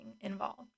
involved